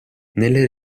nelle